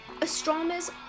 Astronomers